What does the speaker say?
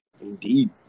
Indeed